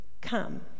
come